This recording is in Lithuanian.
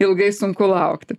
ilgai sunku laukti